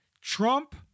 Trump